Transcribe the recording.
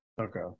Okay